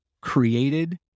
created